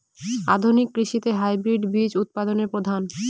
আধুনিক কৃষিতে হাইব্রিড বীজ উৎপাদন প্রধান